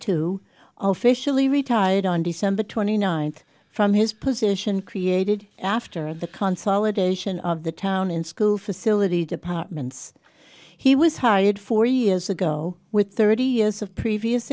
officially retired on december twenty ninth from his position created after the consol edition of the town in school facility departments he was hired four years ago with thirty years of previous